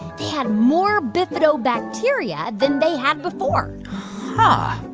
they had more bifidobacteria than they had before huh.